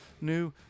new